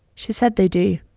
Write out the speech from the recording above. she said they do.